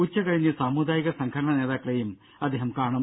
ഉച്ച കഴിഞ്ഞ് സാമുദായിക സംഘടനാ നേതാക്കളേയും അദ്ദേഹം കാണും